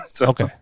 Okay